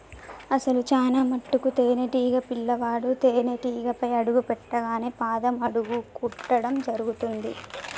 అసలు చానా మటుకు తేనీటీగ పిల్లవాడు తేనేటీగపై అడుగు పెట్టింగానే పాదం అడుగున కుట్టడం జరుగుతుంది